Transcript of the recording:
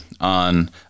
on